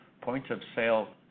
point-of-sale